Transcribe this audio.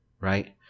right